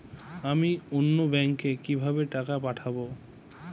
আমি অন্য ব্যাংকে কিভাবে টাকা পাঠাব?